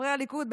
חברי הליכוד,